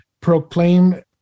proclaim